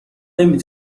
نمی